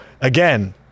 again